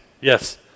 yes